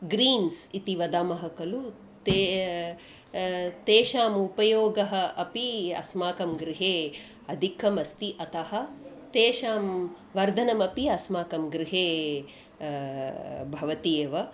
greens इति वदामः खलु ते तेषाम् उपयोगः अपि अस्माकं गृहे अधिकम् अस्ति अतः तेषां वर्धनमपि अस्माकं गृहे भवति एव